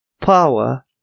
power